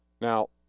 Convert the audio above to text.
Now